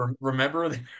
remember